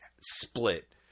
split